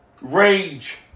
rage